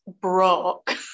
broke